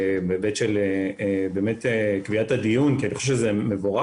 בהיבט של קביעת הדיון כי אני חושב שזה מבורך